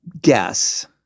guess